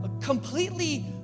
completely